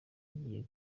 igiye